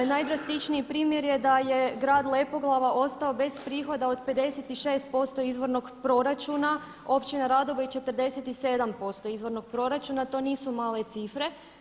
Najdrastičniji primjer je da je grad Lepoglava ostao bez prihoda od 56% izvornog proračuna, općina … je 47% izvornog proračuna, to nisu male cifre.